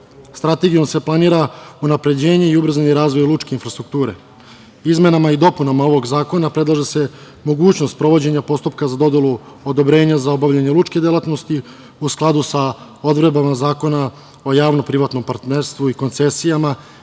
politike. Strategijom se planira unapređenje i ubrzani razvoj lučke infrastrukture. Izmenama i dopunama ovog zakona predlaže se mogućnost sprovođenja postupka za dodelu odobrenja za obavljanje lučke delatnosti u skladu sa odredbama Zakona o javno-privatnom partnerstvu i koncesijama